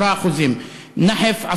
10%; נחף,